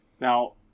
Now